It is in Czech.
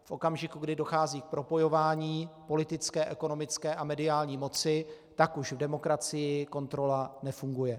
V okamžiku, kdy dochází k propojování politické, ekonomické a mediální moci, tak už v demokracii kontrola nefunguje.